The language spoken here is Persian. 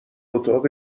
اتاق